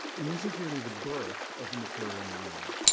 and this is really the birth of the material nylon.